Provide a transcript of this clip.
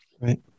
Right